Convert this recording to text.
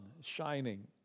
shining